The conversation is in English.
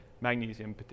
magnesium